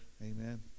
Amen